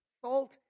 Salt